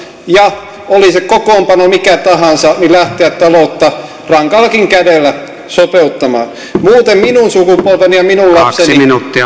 ja oli se kokoonpano mikä tahansa lähteä taloutta rankallakin kädellä sopeuttamaan muuten minun sukupolveni ja minun lapseni